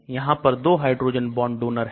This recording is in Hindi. यहां पर दो हाइड्रोजन बांड डोनर हैं